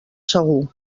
segur